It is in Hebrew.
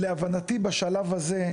להבנתי בשלב הזה,